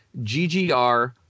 ggr